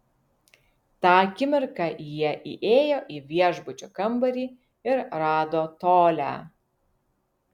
tą akimirką jie įėjo į viešbučio kambarį ir rado tolią